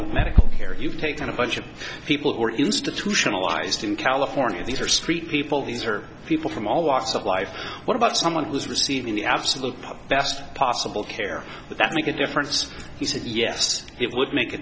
of medical care you've taken a bunch of people who are institutionalized in california these are street people these are people from all walks of life what about someone who is receiving the absolute best possible care that make a difference he said yes it would make a